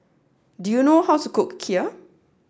do you know how to cook Kheer